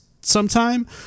sometime